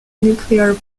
nuclear